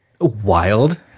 wild